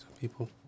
people